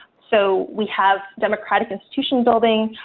so we have democratic institution building,